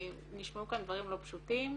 נשמעו כאן דברים לא פשוטים,